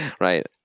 Right